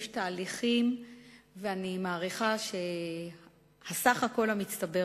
יש תהליכים ואני מעריכה שהסך-הכול המצטבר